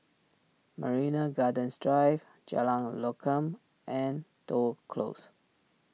Marina Gardens Drive Jalan Lokam and Toh Close